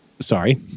sorry